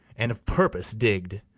and of purpose digg'd,